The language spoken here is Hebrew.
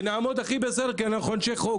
כי אנחנו אנשי חוק.